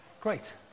Great